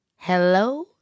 Hello